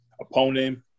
opponent